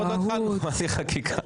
עוד לא התחלנו בהליך החקיקה.